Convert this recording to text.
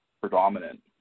predominant